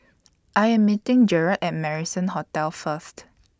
I Am meeting Gerard At Marrison Hotel First